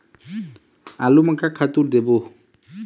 आलू म का का खातू देबो?